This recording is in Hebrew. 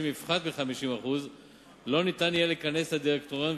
בו יפחת מ-50% לא יהיה ניתן לכנס את הדירקטוריון,